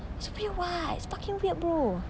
it's weird [what] it's fucking weird bro